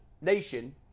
Nation